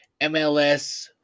MLS